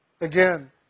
Again